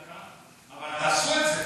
דקה, אבל תעשו את זה.